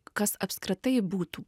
kas apskritai būtų